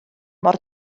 mor